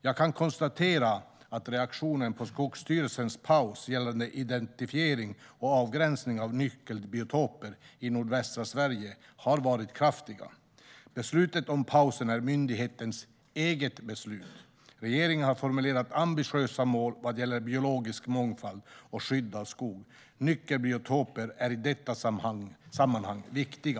Jag kan konstatera att reaktionerna på Skogsstyrelsens paus gällande identifiering och avgränsning av nyckelbiotoper i nordvästra Sverige har varit kraftiga. Beslutet om pausen är myndighetens eget beslut. Regeringen har formulerat ambitiösa mål vad gäller biologisk mångfald och skydd av skog. Nyckelbiotoper är i detta sammanhang viktiga.